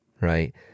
Right